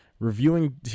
Reviewing